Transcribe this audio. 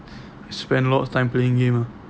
spend a lot of time playing game ah